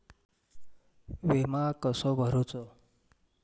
विमा कसो भरूचो?